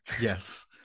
yes